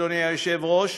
אדוני היושב-ראש,